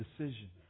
decision